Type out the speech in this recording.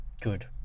Good